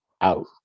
out